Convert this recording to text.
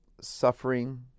suffering